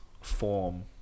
form